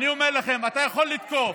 אתה יכול לתקוף,